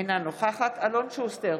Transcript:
אינה נוכחת אלון שוסטר,